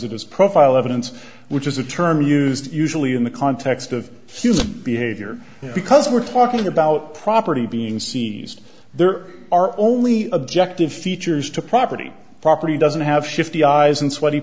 it as profile evidence which is a term used usually in the context of human behavior because we're talking about property being seized there are only objective features to property property doesn't have shifty eyes and sweaty